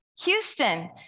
Houston